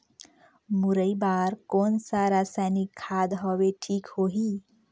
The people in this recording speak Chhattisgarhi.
मुरई बार कोन सा रसायनिक खाद हवे ठीक होही?